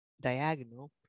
diagonal